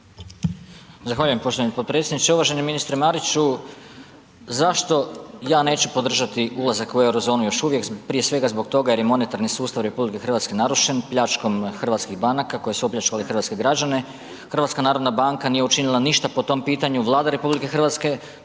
Zahvaljujem poštovani potpredsjedniče. Uvaženi ministru Mariću. Zašto ja neću podržati ulazak u eurozonu? Još uvijek prije svega zbog toga jer je monetarni sustav RH narušen pljačkom hrvatskih banaka koje su opljačkale hrvatske građane. HNB nije učinila ništa po tom pitanju, Vlada RH ne